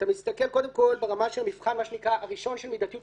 אתה מסתכל קודם כל על המבחן הראשון של מידתיות,